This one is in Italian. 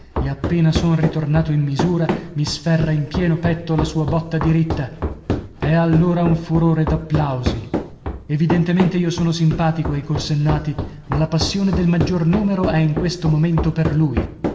e appena son ritornato in misura mi sferra in pieno petto la sua botta diritta è allora un furore d'applausi evidentemente io sono simpatico ai corsennati ma la passione del maggior numero è in questo momento per lui